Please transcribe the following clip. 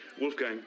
Wolfgang